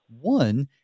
One